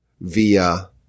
via